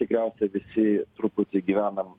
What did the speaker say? tikriausiai visi truputį gyvenam